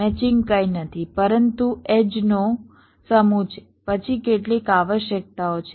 matching કંઈ નથી પરંતુ એડ્જનો સમૂહ છે પછી કેટલીક આવશ્યકતાઓ છે